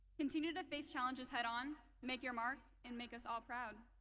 continue to face challenges head on, make your mark and make us all proud.